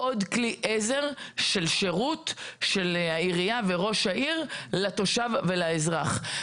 של שירות העירייה וראש העיר לתושב ולאזרח.